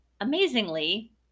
amazingly